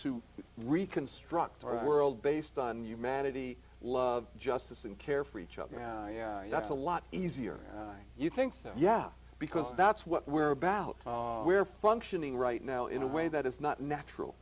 to reconstruct our world based on humanity love justice and care for each other that's a lot easier you think so yeah because that's what we're about we're functioning right now in a way that is not natural